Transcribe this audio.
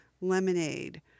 Lemonade